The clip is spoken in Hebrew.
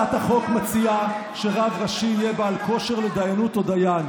הצעת החוק מציעה שרב ראשי יהיה בעל כושר לדיינות או דיין.